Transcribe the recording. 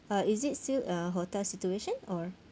uh is it still uh hotel situation or